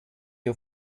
you